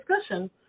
discussion